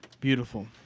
Beautiful